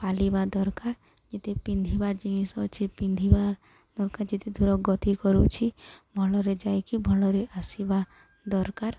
ପାଳିବା ଦରକାର ଯେତେ ପିନ୍ଧିବା ଜିନିଷ ଅଛି ପିନ୍ଧିବା ଦରକାର ଯେତେ ଦୂର ଗତି କରୁଛି ଭଲରେ ଯାଇକି ଭଲରେ ଆସିବା ଦରକାର